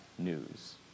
news